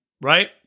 right